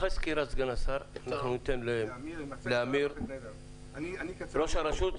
אחרי סקירת סגן השר, אנחנו ניתן לאמיר, ראש הרשות.